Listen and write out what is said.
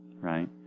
right